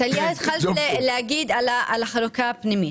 טליה, התחלת להגיד על החלוקה הפנימית.